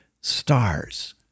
stars